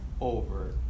over